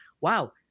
wow